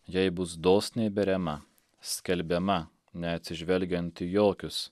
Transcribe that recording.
jei bus dosniai beriama skelbiama neatsižvelgiant į jokius